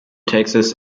texas